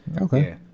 Okay